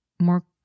more